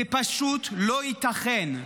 זה פשוט לא ייתכן.